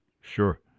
Sure